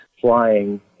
flying